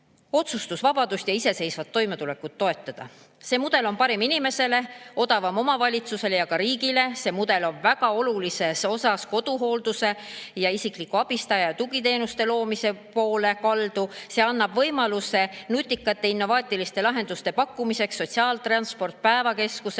otsustusvabadust ja iseseisvat toimetulekut toetada. See mudel on parim inimesele, odavaim omavalitsusele ja ka riigile. See mudel on väga olulises osas koduhoolduse ja isikliku abistaja tugiteenuste loomise poole kaldu. See annab võimaluse pakkuda nutikaid innovaatilisi lahendusi, nagu sotsiaaltransport, päevakeskused